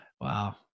Wow